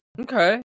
okay